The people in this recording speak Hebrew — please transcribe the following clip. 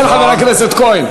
כן, חבר הכנסת כהן.